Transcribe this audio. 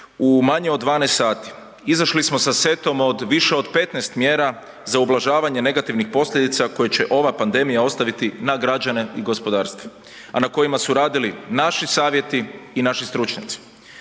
u manje od 12 sati izašli smo sa setom od više od 15 mjera za ublažavanje negativnih posljedica koje će ova pandemija ostaviti na građane i gospodarstvo, a na kojima su radili naši savjeti i naši stručnjaci.